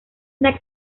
una